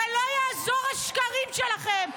ולא יעזרו השקרים שלכם,